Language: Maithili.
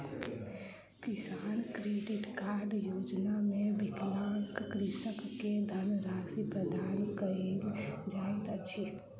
किसान क्रेडिट कार्ड योजना मे विकलांग कृषक के धनराशि प्रदान कयल जाइत अछि